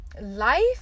life